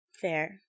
Fair